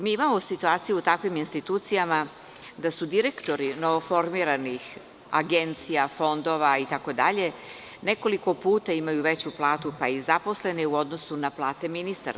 Mi imamo situaciju u takvim institucijama da direktori novoformiranih agencija, fondova itd. nekoliko puta imaju veću platu, pa i zaposleni u odnosu na plate ministara.